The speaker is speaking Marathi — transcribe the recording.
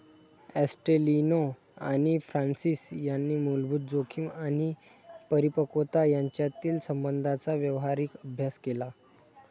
ॲस्टेलिनो आणि फ्रान्सिस यांनी मूलभूत जोखीम आणि परिपक्वता यांच्यातील संबंधांचा व्यावहारिक अभ्यास केला